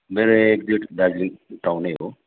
मेरो exact Darjeeling town नै हो